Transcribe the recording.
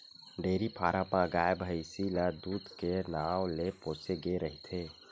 dairy farm म गाय, भइसी ल दूद के नांव ले पोसे गे रहिथे